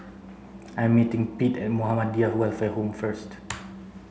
I am meeting Pete at Muhammadiyah Welfare Home first